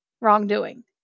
wrongdoing